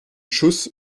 schuss